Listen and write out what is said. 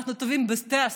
אנחנו טובים בסטרטאפים,